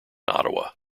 ottawa